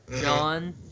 John